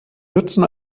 nützen